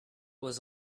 was